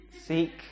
Seek